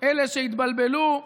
אלה שהתבלבלו,